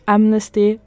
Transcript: Amnesty